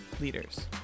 leaders